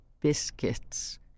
biscuits